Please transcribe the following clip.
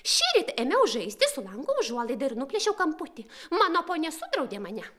šįryt ėmiau žaisti su lango užuolaida ir nuplėšiau kamputį mano ponia sudraudė mane